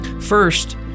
First